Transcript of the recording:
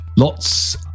Lots